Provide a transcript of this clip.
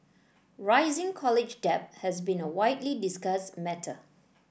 rising college debt has been a widely discussed matter